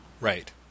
Right